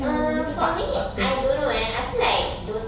err for me I don't know eh I feel like those